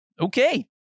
okay